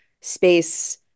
space